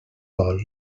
dol